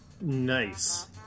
Nice